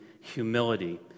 humility